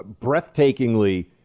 breathtakingly